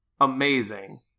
amazing